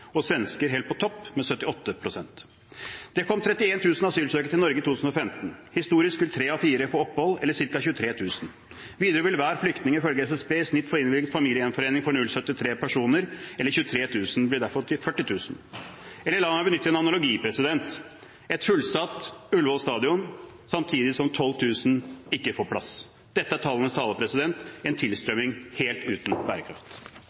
og svensker helt på topp med 78 pst. Det kom 31 000 asylsøkere til Norge i 2015. Historisk vil tre av fire få opphold, eller ca. 23 000. Videre vil hver flyktning i følge SSB i snitt få innvilget familiegjenforening for 0,73 personer. 23 000 blir dermed til 40 000 – eller la meg benytte en analogi: et fullsatt Ullevål stadion, samtidig som 12 000 ikke får plass. Dette er tallenes tale, en tilstrømning helt uten bærekraft.